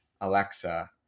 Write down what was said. alexa